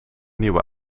nieuwe